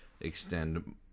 extend